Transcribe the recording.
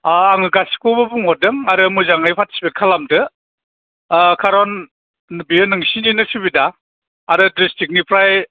ओ आङो गासिखौबो बुंहरदों आरो मोजाङै पारटिसिपेट खालामदो ओ खारन बिनो नोंसिनिनो सुबिदा आरो दिस्ट्रिक्टनिफ्राय